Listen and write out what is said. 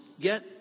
get